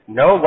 no